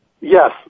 Yes